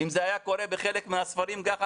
אם זה היה קורה בחלק מהספרים ככה,